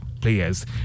players